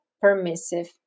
permissive